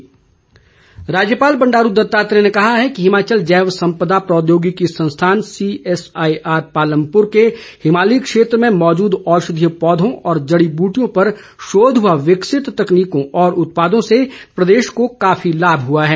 राज्यपाल राज्यपाल बंडारू दत्तात्रेय ने कहा है कि हिमाचल जैव संपदा प्रौद्योगिकी संस्थान सीएसआईआर पालमपुर के हिमालयी क्षेत्र में मौजूद औषधीय पौधों व जड़ी ब्र्टियों पर शोध व विकसित तकनीकों और उत्पादों से प्रदेश को काफी लाभ हुआ है